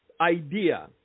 idea